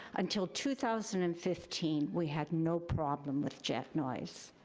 until two thousand and fifteen, we had no problem with jet noise.